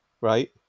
right